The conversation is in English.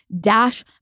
Dash